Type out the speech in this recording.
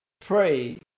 pray